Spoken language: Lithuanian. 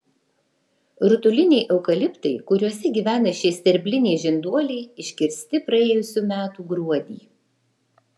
rutuliniai eukaliptai kuriuose gyvena šie sterbliniai žinduoliai iškirsti praėjusių metų gruodį